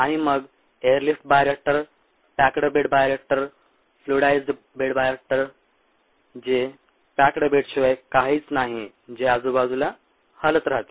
आणि मग air lift bioreactor packed bed bioreactor fluidised bed bioreactor जे पॅक्ड बेडशिवाय काहीच नाही जे आजूबाजूला हलत राहते